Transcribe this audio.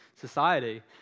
society